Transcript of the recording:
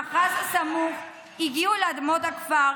מהמאחז הסמוך הגיעו לאדמות הכפר,